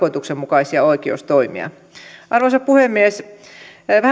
tarkoituksenmukaisia oikeustoimia arvoisa puhemies vähän tarkemmin säädettävien